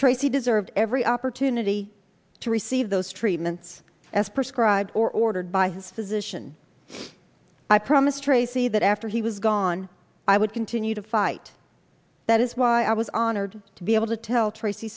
tracy deserves every opportunity to receive those treatments as prescribed or ordered by his physician i promise tracy that after he was gone i would continue to fight that is why i was honored to be able to tell tracy